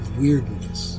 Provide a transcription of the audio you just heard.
weirdness